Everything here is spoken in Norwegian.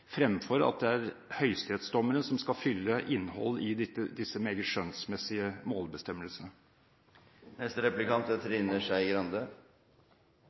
fremfor at det er høyesterettsdommere som skal fylle disse meget skjønnsmessige